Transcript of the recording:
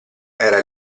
era